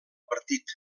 partit